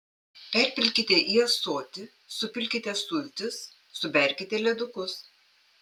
perpilkite į ąsotį supilkite sultis suberkite ledukus